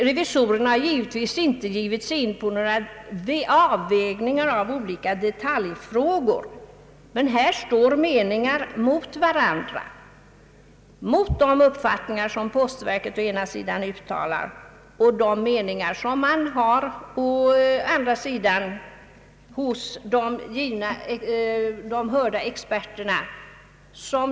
Revisorerna har naturligtvis inte givit sig in på avvägningar i olika detaljfrågor, men i huvudfrågan står meningar mot varandra. Mot den uppfattning postverket uttalat och som har mera ingående berörts står den mening som uttalas av de hörda experterna.